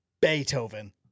Beethoven